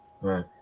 Right